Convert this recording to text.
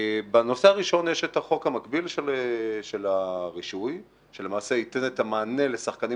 בנושא הראשון יש את החוק המקביל של הרישוי שלמעשה ייתן את המענה לשחקנים